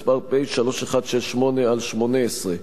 פ/3168/18.